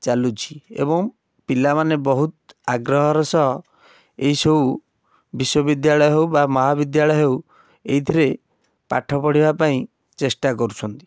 ଚାଲୁଛି ଏବଂ ପିଲାମାନେ ବହୁତ୍ ଆଗ୍ରହର ସହ ଏଇସବୁ ବିଶ୍ୱବିଦ୍ୟାଳୟ ହେଉ ବା ମହାବିଦ୍ୟାଳୟ ହେଉ ଏଇଥିରେ ପାଠ ପଢ଼ିବା ପାଇଁ ଚେଷ୍ଟା କରୁଛନ୍ତି